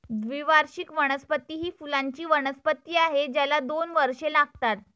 द्विवार्षिक वनस्पती ही फुलांची वनस्पती आहे ज्याला दोन वर्षे लागतात